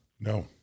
No